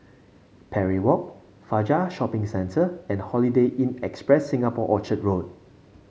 Parry Walk Fajar Shopping Centre and Holiday Inn Express Singapore Orchard Road